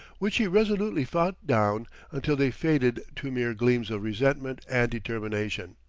which she resolutely fought down until they faded to mere gleams of resentment and determination.